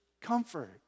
comfort